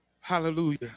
Hallelujah